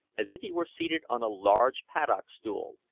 as if he were seated on a large paddock-stool,